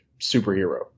superhero